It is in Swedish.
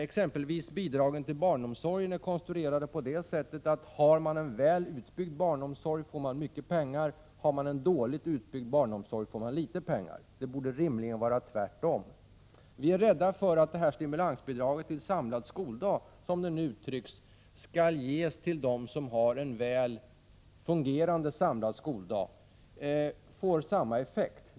Exempelvis bidragen till barnomsorgen är konstruerade så, att har man en väl utbyggd barnomsorg får man mycket pengar, har man en dåligt utbyggd barnomsorg får man litet pengar. Det borde rimligen vara tvärtom. Vi är rädda för att stimulansbidraget till samlad skoldag, som skall ges — som det nu uttrycks — till dem som har en väl fungerande samlad skoldag, får samma effekt.